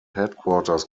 headquarters